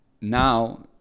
now